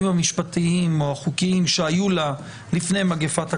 המשפטיים או החוקיים שהיו לה לפני מגפת הקורונה,